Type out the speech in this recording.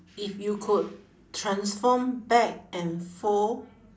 if you could transform back and forth